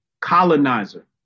colonizer